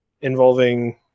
involving